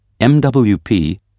MWP